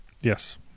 Yes